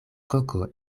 koko